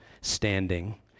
standing